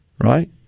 right